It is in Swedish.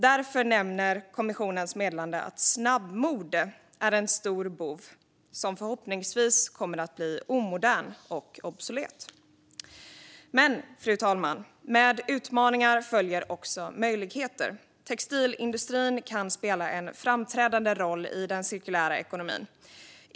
Därför nämns i kommissionens meddelande att snabbmode är en stor bov och något som förhoppningsvis kommer att bli omodernt och obsolet. Men, fru talman, med utmaningar följer också möjligheter. Textilindustrin kan spela en framträdande roll i den cirkulära ekonomin.